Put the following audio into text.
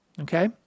okay